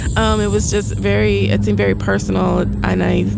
um it was just very it seemed very personal. and i,